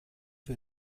wir